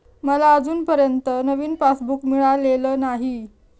मला अजूनपर्यंत नवीन पासबुक मिळालेलं नाही